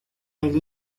elle